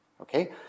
Okay